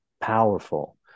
powerful